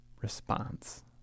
response